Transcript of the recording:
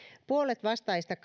puolet vastaajista